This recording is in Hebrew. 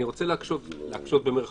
אני רוצה להקשות, גם